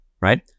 right